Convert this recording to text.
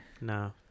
No